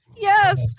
Yes